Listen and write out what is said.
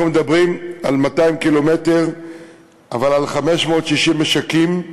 אנחנו מדברים על 200 ק"מ אבל על 560 משקים,